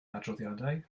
adroddiadau